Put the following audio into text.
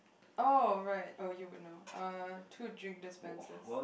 oh right oh you wouldn't know two drink dispensers